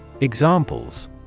Examples